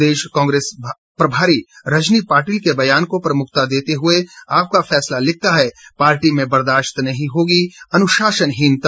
प्रदेश कांग्रेस प्रभारी रजनी पाटिल के बयान को प्रमुखता देते हुए आपका फैसला लिखता है पार्टी में बर्दाश्त नहीं होगी अनुशासनहीनता